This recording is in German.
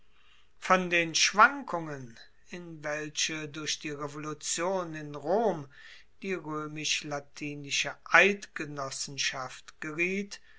von den schwankungen in welche durch die revolution in rom die roemisch latinische eidgenossenschaft geriet